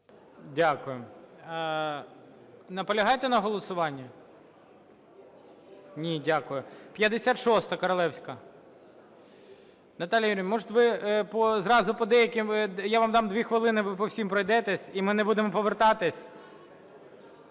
Дякую. Наполягаєте на голосуванні? Ні. Дякую. 56-а, Королевська. Наталія Юріївна, може ви зразу по деяким, я вам дам 2 хвилини, ви по всім пройдетесь, і ми не будемо повертатись?